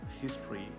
history